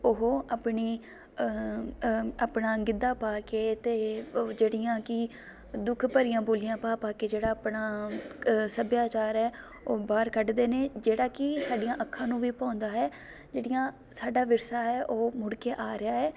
ਉਹ ਆਪਣੀ ਆਪਣਾ ਗਿੱਧਾ ਪਾ ਕੇ ਅਤੇ ਉਹ ਜਿਹੜੀਆਂ ਕਿ ਦੁੱਖ ਭਰੀਆਂ ਬੋਲੀਆਂ ਪਾ ਪਾ ਕੇ ਜਿਹੜਾ ਆਪਣਾ ਸੱਭਿਆਚਾਰ ਹੈ ਉਹ ਬਾਹਰ ਕੱਢਦੇ ਨੇ ਜਿਹੜਾ ਕਿ ਸਾਡੀਆਂ ਅੱਖਾਂ ਨੂੰ ਵੀ ਭਾਉਂਦਾ ਹੈ ਜਿਹੜੀਆਂ ਸਾਡਾ ਵਿਰਸਾ ਹੈ ਉਹ ਮੁੜ ਕੇ ਆ ਰਿਹਾ ਹੈ